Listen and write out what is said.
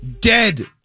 dead